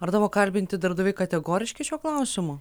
ar tavo kalbinti darbdaviai kategoriški šiuo klausimu